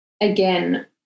again